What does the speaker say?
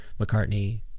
mccartney